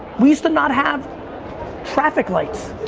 we used to not have traffic lights,